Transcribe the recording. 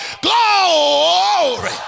Glory